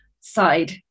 side